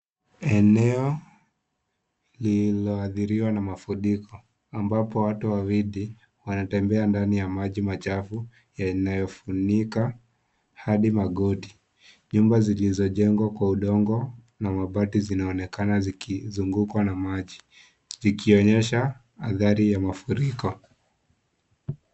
Eneo lilioadhiriwa na mafuriko ambapo watu wawili wanatembea ndani ya maji machafu yanayofunika hadi magoti, nyumba zilizojengwa kwa udongo na mabati zinaonekana zikizungukwa na maji ikionyesha athari ya mafuriko